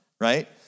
right